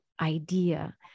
idea